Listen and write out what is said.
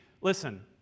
listen